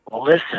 Listen